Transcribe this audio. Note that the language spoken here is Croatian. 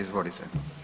Izvolite.